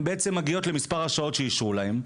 הם בעצם מגיעות למספר השעות שאישרו להן,